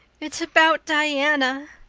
it's about diana,